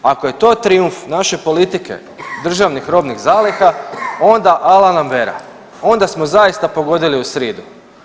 Ako je to trijumf naše politike, Državnih robnih zaliha onda „ala nam vera“, onda smo zaista pogodili u sridu.